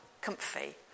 comfy